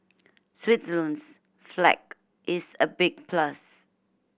Switzerland's flag is a big plus